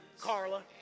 Carla